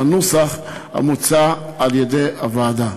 בנוסח המוצע על-ידי הוועדה.